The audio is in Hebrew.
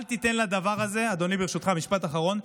אל תיתן לדבר הזה, אדוני, ברשותך, משפט אחרון,